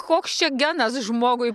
koks čia genas žmogui